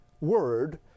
word